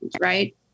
right